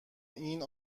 این